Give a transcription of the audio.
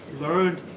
learned